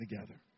together